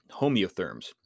homeotherms